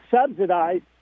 subsidized